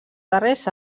darrers